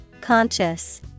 Conscious